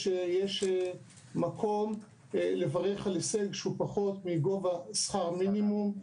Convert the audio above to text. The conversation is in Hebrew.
אין מקום לברך על הישג שהוא פחות מגובה שכר המינימום.